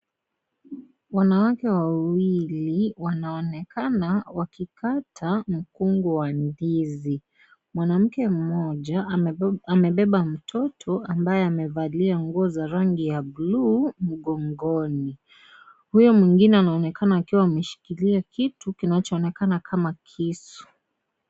Wanawake wawili wanaonekana wakikata mkungo wa ndizi . Mwanamke mmoja amebeba mtoto ambaye amevalia nguo za rangi ya bluu mkongoni. Huyo mwingine anaonekana akiwa ameshikilia kitu kinachoonekana kama kisu.